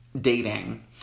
dating